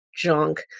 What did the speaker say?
junk